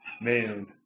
man